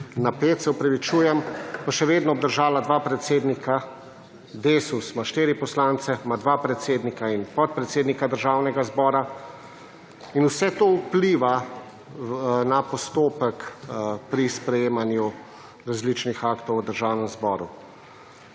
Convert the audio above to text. na 5, se opravičujem, pa še vedno obdržala dva predsednika, Desus ima 4 poslance ima dva predsednika in podpredsednika Državnega zbora in vse to vpliva na postopek pri sprejemanju različnih aktov v Državnem zboru,